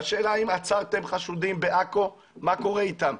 והשאלה היא אם עצרתם חשודים בעכו, מה קורה אתם?